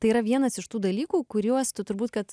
tai yra vienas iš tų dalykų kuriuos tu turbūt kad